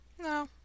No